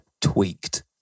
tweaked